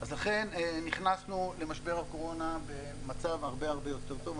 לכן נכנסנו למשבר הקורונה במצב הרבה יותר טוב.